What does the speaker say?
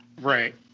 Right